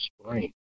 spring